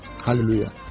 hallelujah